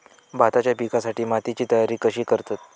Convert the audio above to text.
भाताच्या पिकासाठी मातीची तयारी कशी करतत?